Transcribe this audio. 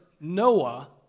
Noah